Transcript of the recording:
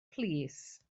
plîs